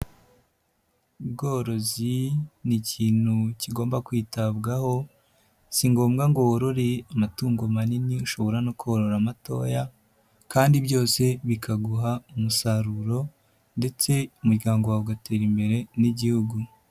Ubworozi ni ikintu kigomba kwitabwaho, si ngombwa ngo wororerere amatungo manini ushobora no korora amatoya kandi byose bikaguha umusaruro ndetse umuryango wawe ugatera imbere n'igihugu.